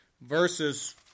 verses